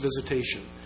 visitation